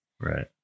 Right